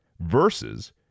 versus